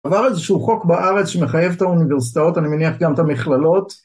אבל איזשהו חוק בארץ שמחייב את האוניברסיטאות, אני מניח גם את המכללות.